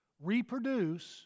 reproduce